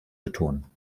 betonen